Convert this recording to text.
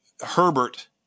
Herbert